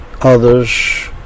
others